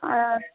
अच्छा